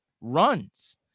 runs